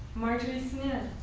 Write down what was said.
marjory smith.